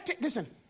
listen